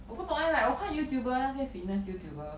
我不懂 eh like 我看 youtuber 那些 fitness youtuber